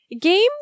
games